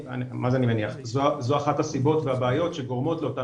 זאת אחת הסיבות והבעיות שגורמות לאותם